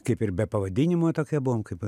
kaip ir be pavadinimo tokie buvom kaip